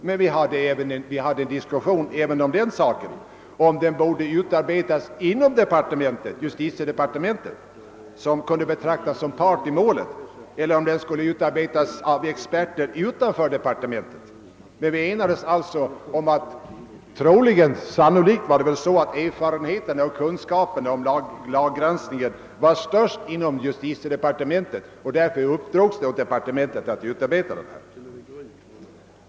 Men vi hade diskussion även om huruvida denna skulle utarbetas inom justitiedepartementet — som kunde betraktas som part i målet — eller om den skulle utarbetas av experter utanför departementet. Vi enades alltså om att när det förhöll sig så, att erfarenheterna och kunskaperna beträffande laggranskningen var störst inom justitiedepartementet, så borde departementet utarbeta promemorian.